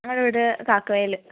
ഞങ്ങളെ വീട് കാക്കവയൽ